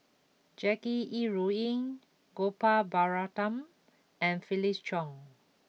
Jackie Yi Ru Ying Gopal Baratham and Felix Cheong